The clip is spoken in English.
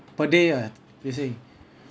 per day ah you see